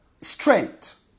strength